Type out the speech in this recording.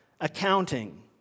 accounting